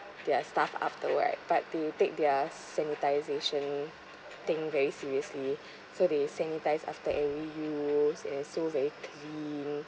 their stuff afterwards but they take their sanitisation thing very seriously so they sanitise after every use and so very clean